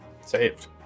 Saved